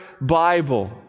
Bible